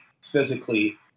physically